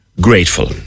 grateful